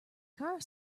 car